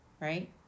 Right